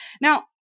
Now